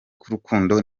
k’urukundo